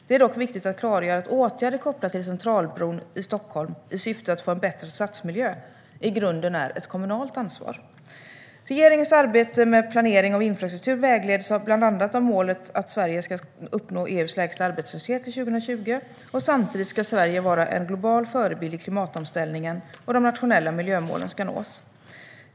Det är dock viktigt att klargöra att åtgärder kopplade till Centralbron i Stockholm i syfte att få en bättre stadsmiljö i grunden är ett kommunalt ansvar. Regeringens arbete med planering av infrastruktur vägleds bland annat av målet att Sverige ska uppnå EU:s lägsta arbetslöshet till 2020. Samtidigt ska Sverige vara en global förebild i klimatomställningen, och de nationella miljömålen ska nås.